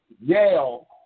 Yale